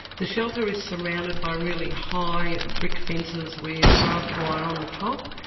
the shelter is surrounded by really high brick fences with barbed wire on the top.